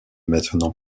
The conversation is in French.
maintenant